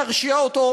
כולל השעיה מהכנסת.